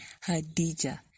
Hadija